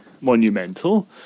Monumental